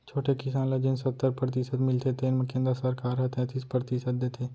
छोटे किसान ल जेन सत्तर परतिसत मिलथे तेन म केंद्र सरकार ह तैतीस परतिसत देथे